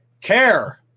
Care